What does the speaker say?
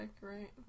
right